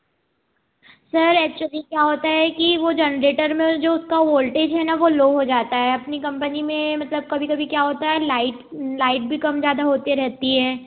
sir actually क्या होता है कि वह जनरेटर में जो उसका वोल्टेज है ना वह लो हो जाता है अपनी कंपनी में मतलब कभी कभी क्या होता है लाइट लाइट भी कम ज़्यादा होती रहती है